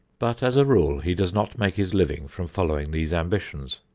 but, as a rule, he does not make his living from following these ambitions.